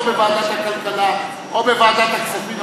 או בוועדת הכלכלה או בוועדת הכספים,